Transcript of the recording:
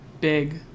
big